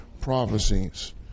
prophecies